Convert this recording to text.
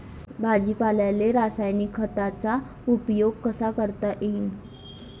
भाजीपाल्याले रासायनिक खतांचा उपयोग कसा करता येईन?